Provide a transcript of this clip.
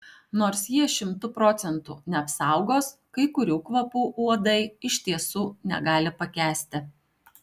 nors jie šimtu procentų neapsaugos kai kurių kvapų uodai iš tiesų negali pakęsti